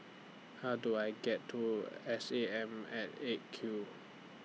How Do I get to S A M At eight Q